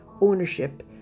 ownership